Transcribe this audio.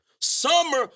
Summer